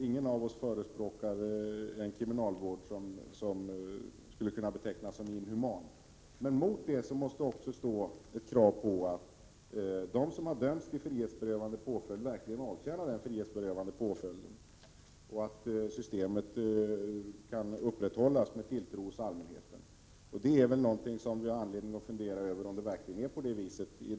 Ingen av oss förespråkar en kriminalvård som skulle betecknas som inhuman. Men mot det måste stå ett krav på att de som har dömts till frihetsberövande påföljd verkligen avtjänar den frihetsberövande påföljden och att systemet kan upprätthållas med tilltro hos allmänheten. Vi har i dagsläget verkligen anledning att fundera över om det är på det viset.